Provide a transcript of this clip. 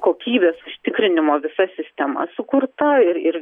kokybės užtikrinimo visa sistema sukurta ir ir